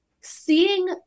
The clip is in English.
seeing